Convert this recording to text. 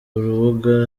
rubuga